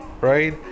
right